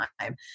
time